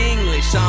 English